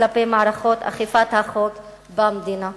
כלפי מערכות אכיפת החוק במדינה.